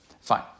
fine